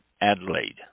Adelaide